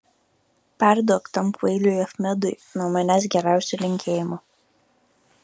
perduok tam kvailiui achmedui nuo manęs geriausių linkėjimų